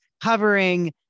covering